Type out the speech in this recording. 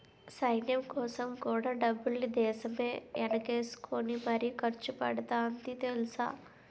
సైన్యంకోసం కూడా డబ్బుల్ని దేశమే ఎనకేసుకుని మరీ ఖర్చుపెడతాంది తెలుసా?